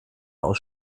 aus